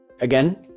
Again